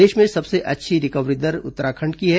देश में सबसे अच्छी रिकवरी दर उत्तराखंड की है